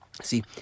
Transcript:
See